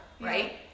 right